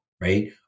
Right